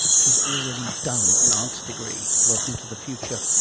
she's already done an arts degree. welcome to the future.